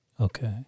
Okay